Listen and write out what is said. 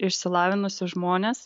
išsilavinusius žmones